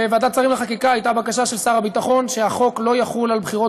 בוועדת שרים לחקיקה הייתה בקשה של שר הביטחון שהחוק לא יחול על בחירות